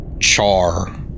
char